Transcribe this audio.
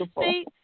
see